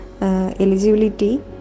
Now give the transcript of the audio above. eligibility